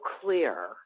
clear